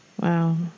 Wow